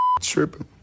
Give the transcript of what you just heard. tripping